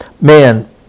man